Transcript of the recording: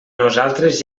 nosaltres